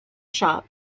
shop